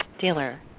dealer